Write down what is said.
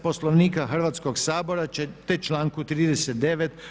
Poslovnika Hrvatskog sabora te članku 39.